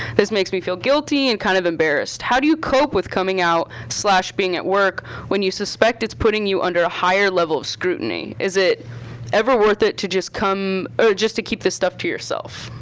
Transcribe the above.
this makes me feel guilty and kind of embarrassed. how do you cope with coming out slash being at work when you suspect it's putting you under a higher level of scrutiny? is it ever worth it to just come, or just to keep this stuff to yourself?